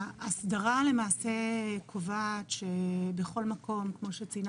ההסדרה למעשה קובעת שבכל מקום כמו שציינה